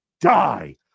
die